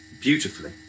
beautifully